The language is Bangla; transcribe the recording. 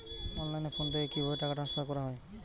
অনলাইনে ফোন থেকে কিভাবে টাকা ট্রান্সফার করা হয়?